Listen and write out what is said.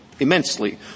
Immensely